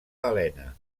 helena